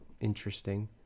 interesting